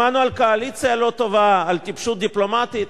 שמענו על קואליציה לא טובה, על טיפשות דיפלומטית.